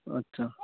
ও আচ্ছা